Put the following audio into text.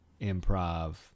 improv